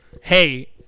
Hey